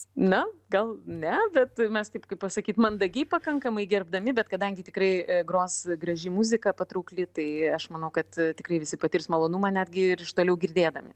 na gal ne bet mes taip kaip pasakyt mandagiai pakankamai gerbdami bet kadangi tikrai gros graži muzika patraukli tai aš manau kad tikrai visi patirs malonumą netgi ir iš toliau girdėdami